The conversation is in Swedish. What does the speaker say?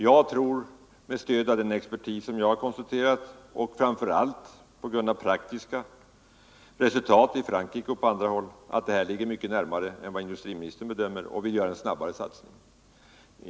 Jag tror med stöd av den expertis jag har konsulterat och framför allt på grund av praktiska resultat i Frankrike och på andra håll att möjligheterna att utnyttja jordvärmen ligger mycket närmare i tiden än vad som framgår av industriministerns bedömning, och jag anser att vi bör göra en snabb satsning.